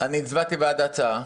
הצבעתי בעד ההצעה,